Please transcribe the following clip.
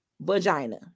vagina